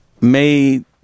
made